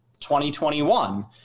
2021